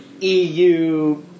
EU